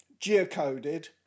geocoded